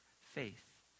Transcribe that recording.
faith